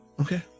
Okay